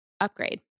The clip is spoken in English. upgrade